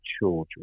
children